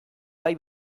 bai